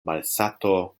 malsato